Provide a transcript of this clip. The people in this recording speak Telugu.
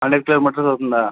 హండ్రెడ్ కిలోమీటర్స్ అవుతుందా